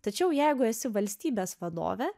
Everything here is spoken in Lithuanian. tačiau jeigu esi valstybės vadovė